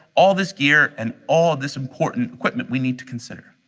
all this gear, and all this important equipment we need to consider.